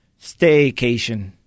staycation